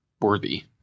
worthy